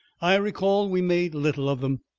i recall we made little of them.